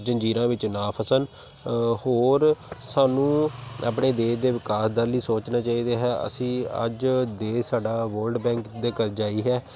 ਜ਼ੰਜੀਰਾਂ ਵਿੱਚ ਨਾ ਫਸਣ ਹੋਰ ਸਾਨੂੰ ਆਪਣੇ ਦੇਸ਼ ਦੇ ਵਿਕਾਸ ਦਰ ਲਈ ਸੋਚਣਾ ਚਾਹੀਦਾ ਹੈ ਅਸੀਂ ਅੱਜ ਦੇਸ਼ ਸਾਡਾ ਵਰਲਡ ਬੈਂਕ ਦਾ ਕਰਜ਼ਾਈ ਹੈ